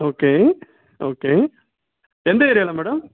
okay okay எந்த ஏரியாவில் madam